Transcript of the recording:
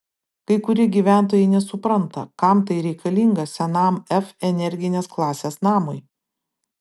kai kurie gyventojai nesupranta kam tai reikalinga senam f energinės klasės namui